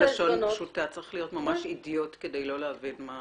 בלשון פשוטה את אומרת שצריך להיות ממש אידיוט כדי לא להבין מה הדרישות.